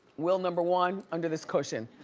will number one, under this cushion.